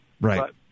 Right